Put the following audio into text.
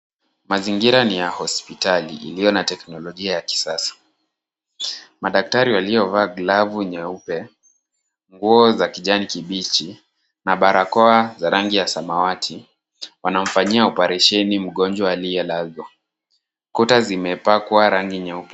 Mazingira ni ya hospitali iliyo na teknolojia ya kisasa. Madaktari waliovaa glavu nyeupe, nguo za kijani kibichi na barakoa za rangi ya samawati wanamfanyia oparesheni mgonjwa aliyelazwa. Kuta zimepakwa rangi nyeupe.